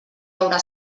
haurà